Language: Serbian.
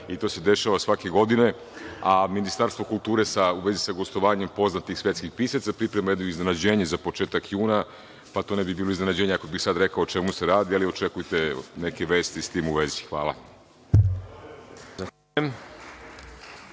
i to se dešava svake godine, a Ministarstvo kulture u vezi sa gostovanjem poznatih svetskih pisaca priprema jedno iznenađenje za početak juna. To ne bi bilo iznenađenje ako bih sada rekao o čemu se radi, ali očekujte neke vesti s tim u vezi. Hvala.